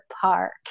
park